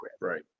Right